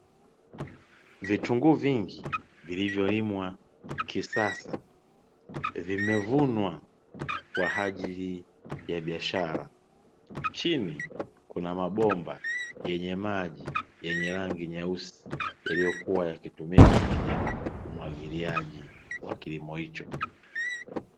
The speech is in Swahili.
Vitunguu vingi vilivyolimwa kisasa, vimevunwa kwa ajili ya biashara. Chini kuna mabomba yenye maji yenye rangi nyeusi yaliyokuwa yakitumika kwenye umwagiliaji wa kilimo hicho.